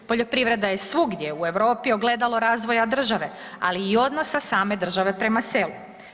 Poljoprivreda je svugdje u Europi ogledalo razvoja države, ali i odnosa same države prema selu.